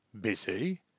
Busy